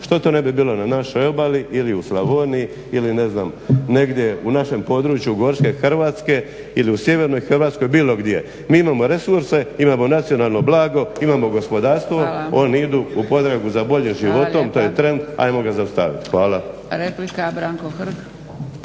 Što to ne bi bilo na našoj obali ili u Slavoniji, ili ne znam negdje u našem području gorske Hrvatske, ili u sjevernoj Hrvatskoj, bilo gdje. Mi imamo resurse, imamo nacionalno blago, imamo gospodarstvo, oni idu u potragu za boljim životom, to je trend, ajmo ga zaustaviti. Hvala.